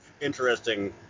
Interesting